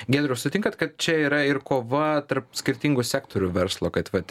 giedriau sutinkat kad čia yra ir kova tarp skirtingų sektorių verslo kad vat